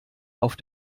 auf